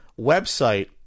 website